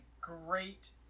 great